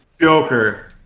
Joker